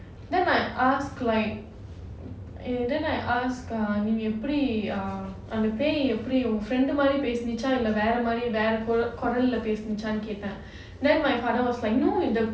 then I ask like eh then I ask ah எப்படி அந்த பேய் ஒரு:eppadi anha pei oru friend மாதிரி பேசிட்டு இருந்துச்சா இல்ல வேற மாதிரி இல்ல வேற குரல் பேசிட்டு இருந்துச்சா:maathiri pesitirundhuchu illa vera maathiri illa vera kural pesitirundhucha then my father was like no the